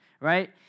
right